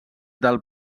del